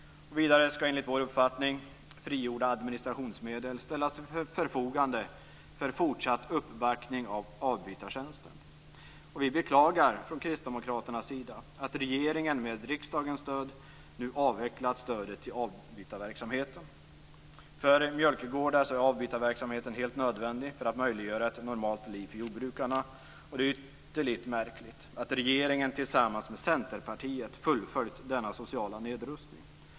Vidare skall enligt vår uppfattning frigjorda administrationsmedel ställas till förfogande för fortsatt uppbackning av avbytartjänsten. Vi beklagar från Kristdemokraternas sida att regeringen med riksdagens stöd nu avvecklat stödet till avbytarverksamheten. För mjölkgårdar är avbytarverksamheten helt nödvändig för att möjliggöra ett normalt liv för jordbrukarna. Det är ytterligt märkligt att regeringen tillsammans med Centerpartiet fullföljt denna sociala nedrustning.